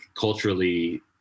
culturally